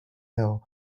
hill